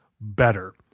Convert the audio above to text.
better